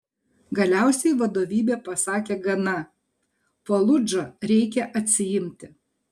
galiausiai vadovybė pasakė gana faludžą reikia atsiimti